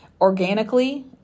organically